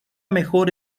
mejor